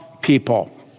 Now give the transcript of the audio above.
people